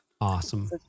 Awesome